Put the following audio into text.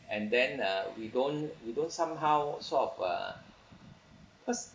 and then uh we don't we don't somehow sort of uh cause